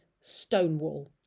Stonewall